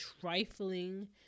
trifling